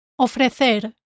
Ofrecer